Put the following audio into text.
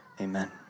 Amen